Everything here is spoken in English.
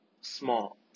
small